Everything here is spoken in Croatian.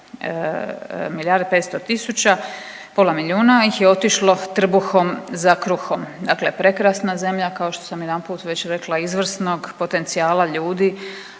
milijarde, 500 tisuća, pola milijuna ih je otišlo trbuhom za kruhom, dakle prekrasna zemlja kao što sam jedanput već rekla izvrsnog potencijala, ljudi,